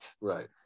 right